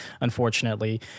unfortunately